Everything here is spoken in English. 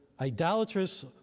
idolatrous